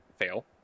Fail